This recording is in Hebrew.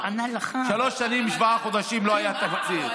שלוש שנים ושבעה חודשים לא היה תקציב.